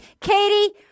Katie